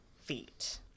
feet